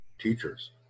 teachers